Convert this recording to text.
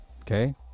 Okay